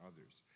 others